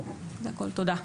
תודה.